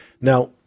Now